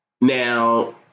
Now